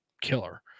killer